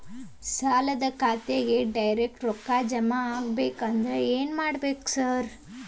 ಸಾಲದ ಖಾತೆಗೆ ಡೈರೆಕ್ಟ್ ರೊಕ್ಕಾ ಜಮಾ ಆಗ್ಬೇಕಂದ್ರ ಏನ್ ಮಾಡ್ಬೇಕ್ ಸಾರ್?